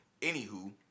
Anywho